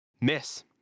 miss